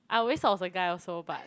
I always thought it's a guy also but